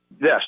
Yes